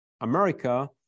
America